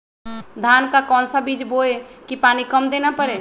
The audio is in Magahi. धान का कौन सा बीज बोय की पानी कम देना परे?